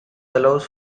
allows